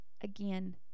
Again